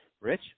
Rich